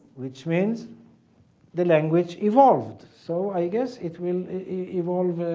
which means the language evolved so i guess it will evolve